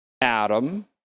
Adam